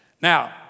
Now